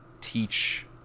teach